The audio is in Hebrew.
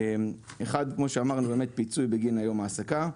כמו שאמרנו, פיצוי בגין יום העסקה.